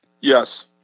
Yes